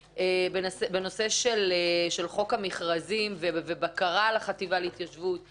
של חוק המכרזים ובקרה על החטיבה להתיישבות,